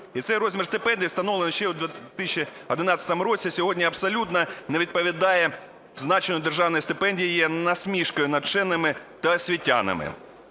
І цей розмір стипендії, встановлений ще у 2011 році, сьогодні абсолютно не відповідає зазначенню державної стипендії і є насмішкою над вченими та освітянами.